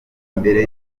mbere